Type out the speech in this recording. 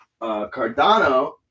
Cardano